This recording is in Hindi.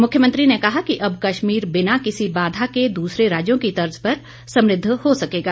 मुख्यमंत्री ने कहा कि अब कश्मीर बिना किसी बाघा के दूसरे राज्यों की तर्ज पर समृद्ध हो सकेगा